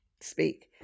speak